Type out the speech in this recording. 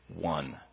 one